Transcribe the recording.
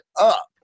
up